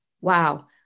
Wow